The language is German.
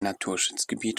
naturschutzgebiet